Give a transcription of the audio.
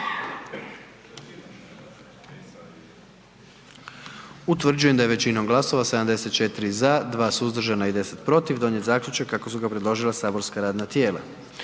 Utvrđujem da je većinom glasova 99 za i 1 suzdržani donijet zaključak kako su ga predložila saborska radna tijela.